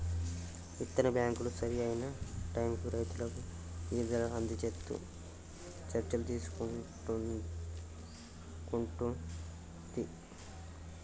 విత్తన బ్యాంకులు సరి అయిన టైముకు రైతులకు గింజలను అందిచేట్టు చర్యలు తీసుకుంటున్ది